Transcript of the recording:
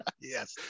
Yes